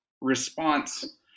response